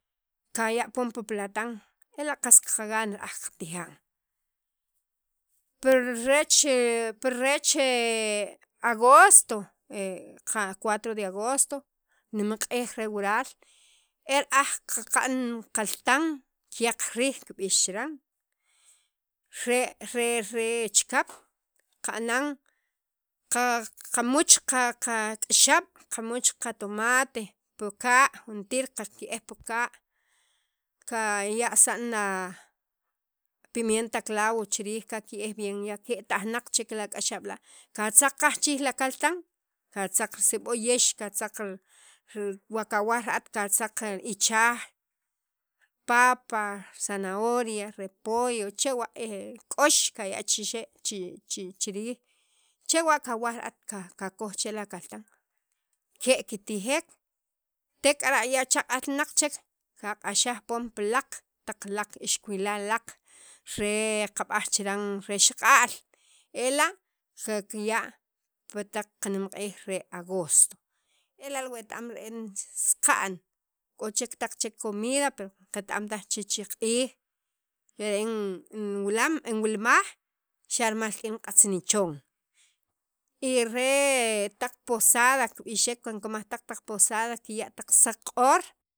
kaya' poon pi platan ela' qas qaqagan ra'aj qatijan pi reech reech agosto qa cuatro de agosto nemq'iij re wural e ra'aj qaqa'n kaltan kyaq riij kib'ix chiran re re re chikap qanan qa qamuch' qa qa k'axab' qamuch qatomate pi ka' juntir qake'ej pi ka' kaya' saqa'n a pimienta clawo chi riij kake'ej bien ya ke'tajnaq chek ak'axab' la' katzaq qaj chi riij akaltan katzaq riseb'oyex katzaq ri ri wa kawaj ra'at qatzaq ichaj papa zanahoria repollo chewa' k'ox kaya' chixe' qaya' chi riij chewa' kawaj ra'at kakoj che la kaltan ke' kitijek tek'ara' ya chaq'ajnaq chek kak'axaj pon pi laq ixkuwilan laq re kab'aj chiran re xaq'a'l ela' qe qaya' pi taq nemq'ij re agosto ela' wet- am saqa'n k'o taq chek comida qet- am taj chech q'iij ere'en inwalam inwilmaj xa' rimal rik'in qatz nichon y re taq posada e kimajtaj taq posada kiya' taq saq q'or.